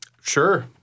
Sure